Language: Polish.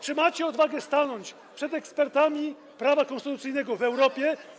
Czy macie odwagę stanąć przed ekspertami prawa konstytucyjnego w Europie.